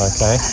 Okay